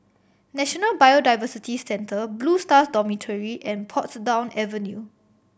National Biodiversity Centre Blue Stars Dormitory and Portsdown Avenue